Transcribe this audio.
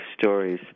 stories